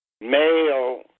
male